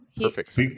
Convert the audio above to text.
perfect